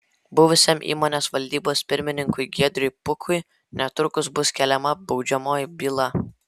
buvusiam įmonės valdybos pirmininkui giedriui pukui netrukus bus keliama baudžiamoji byla